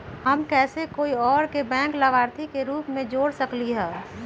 हम कैसे कोई और के बैंक लाभार्थी के रूप में जोर सकली ह?